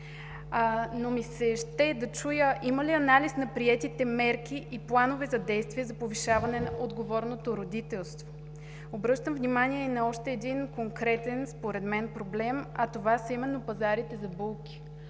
Ще ми се да чуя: има ли анализ на приетите мерки и планове за действие за повишаване на отговорното родителство? Обръщам внимание и на още един конкретен според мен проблем, а това са именно пазарите за булки.